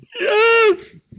Yes